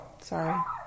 sorry